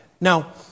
Now